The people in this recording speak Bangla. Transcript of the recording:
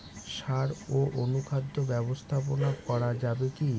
সাড় ও অনুখাদ্য ব্যবস্থাপনা করা যাবে কি?